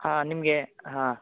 ಹಾಂ ನಿಮಗೆ ಹಾಂ